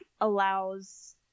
allows